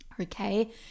Okay